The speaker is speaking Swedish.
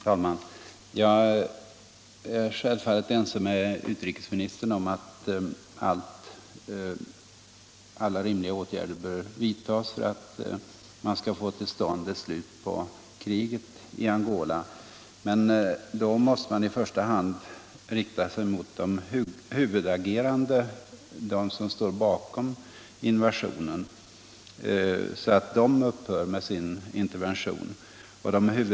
Herr talman! Jag är självfallet ense med utrikesministern om att alla rimliga åtgärder bör vidtas här för att få till stånd ett slut på kriget i Angola. Men då måste man i första hand rikta sig mot de huvudagerande, dvs. emot dem som står bakom invasionen, för att få dem att upphöra med sin intervention.